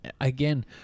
again